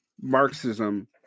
Marxism